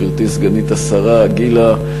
גברתי סגנית השר גילה,